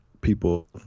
people